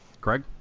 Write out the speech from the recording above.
Craig